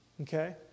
Okay